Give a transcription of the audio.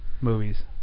movies